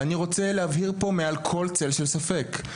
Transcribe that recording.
ואני רוצה להבהיר פה מעל כל צל של ספק,